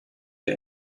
wir